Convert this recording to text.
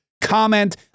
Comment